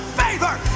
favor